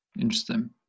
Interesting